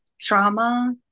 trauma